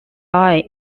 line